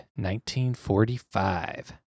1945